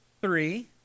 three